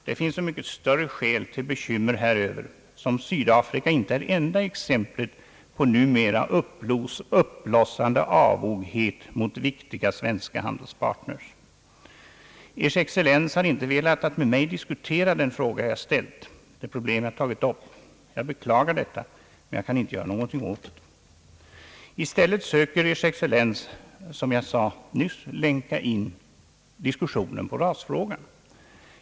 Det finns så mycket större skäl till bekymmer häröver som Sydafrika inte är enda exemplet på numera uppblossande avoghet mot viktiga svenska handelspartners. Ers excellens har inte velat med mig diskutera den fråga jag ställt, det problem jag tagit upp. Jag beklagar detta, men kan inte göra något åt det. I stället söker Ers excellens, som jag sade nyss, länka in diskussionen på rasfrågan.